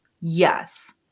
Yes